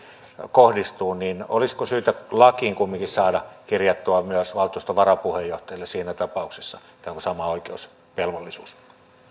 kohdistuu niin olisiko syytä lakiin kumminkin saada kirjattua myös valtuuston varapuheenjohtajalle siinä tapauksessa tämä sama oikeus tai velvollisuus